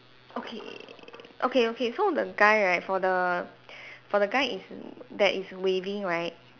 okay okay okay so the guy right for the for the guy is that is waving right